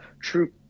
true